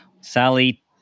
Sally